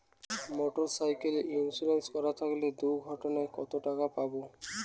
Motorcycle insurance করা থাকলে দুঃঘটনায় কতটাকা পাব?